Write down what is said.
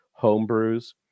homebrews